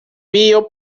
mio